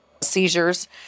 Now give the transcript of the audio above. Seizures